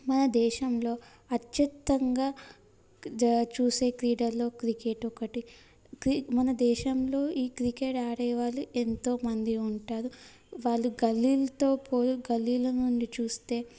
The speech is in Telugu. మన దేశంలో అత్యుత్తంగా జా చూసే క్రీడలలో క్రికెట్ ఒకటి క్రి మనదేశంలో ఈ క్రికెట్ ఆడేవాళ్ళు ఎంతోమంది ఉంటారు వాళ్ళు గల్లీలతో పోల్చి గల్లీల నుండి చూస్తే